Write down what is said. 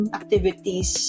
activities